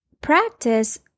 practice